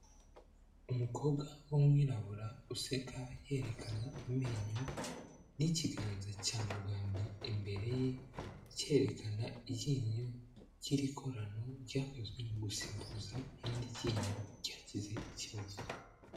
Umukobwa w'umwirabura useka yerekana amenyo n'ikiganza cya muganga imbere ye, kerekana iryinyo ry'irikorano ryakozwe mu gusimbuza irindi ryinyo ryagize ikibazo.